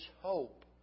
hope